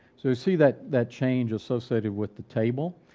so you see that that change associated with the table,